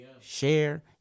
share